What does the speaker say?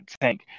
tank